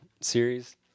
series